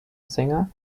singer